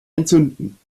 entzünden